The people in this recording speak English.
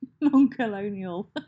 non-colonial